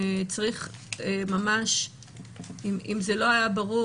אם זה לא היה ברור,